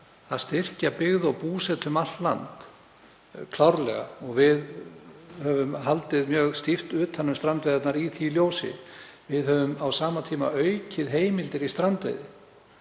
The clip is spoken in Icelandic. að styrkja byggð og búsetu um allt land, klárlega, og við höfum haldið mjög stíft utan um þær í því ljósi. Við höfum á sama tíma aukið heimildir í strandveiði.